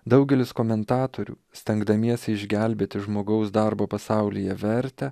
daugelis komentatorių stengdamiesi išgelbėti žmogaus darbo pasaulyje vertę